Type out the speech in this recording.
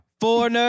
Four